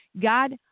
God